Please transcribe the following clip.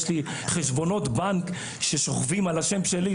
יש לי חשבונות בנק ששוכבים על השם שלי,